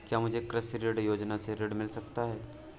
क्या मुझे कृषि ऋण योजना से ऋण मिल सकता है?